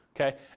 Okay